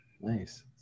Nice